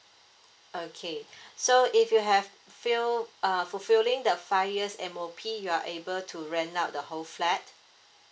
okay so if you have fill uh fulfilling the five years M O P you are able to rent out the whole flat